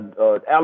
Alex